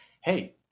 hey